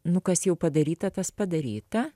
nu kas jau padaryta tas padaryta